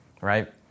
right